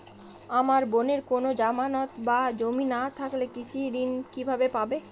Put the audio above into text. আমার বোনের কোন জামানত বা জমি না থাকলে কৃষি ঋণ কিভাবে পাবে?